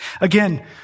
Again